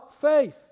faith